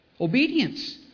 Obedience